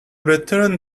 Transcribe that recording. return